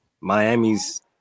Miami's